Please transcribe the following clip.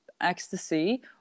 ecstasy